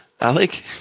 Alec